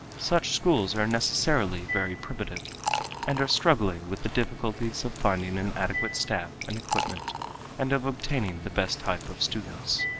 such schools are necessarily very primitive and are struggling with the difficulties of finding an adequate staff and equipment and of obtaining the best type of students.